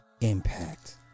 impact